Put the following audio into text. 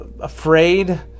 afraid